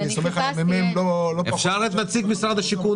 אני רוצה רק שתדע,